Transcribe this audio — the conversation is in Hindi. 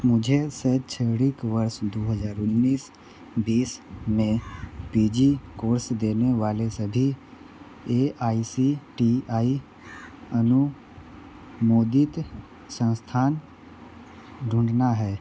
मुझे शैक्षणिक वर्ष दो हज़ार उन्नीस बीस में पी जी कोर्स देने वाले सभी A I C T E अनुमोदित संस्थान ढूँढना है